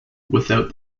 without